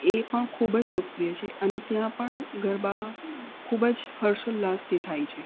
એ પણ ખૂબજ લોકપ્રિય મંદિર છે અને ત્યાં પણ ગરબા ખૂબ જ હર્ષ ઉલ્લાસથી થાય છે